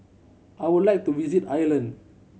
I would like to visit Ireland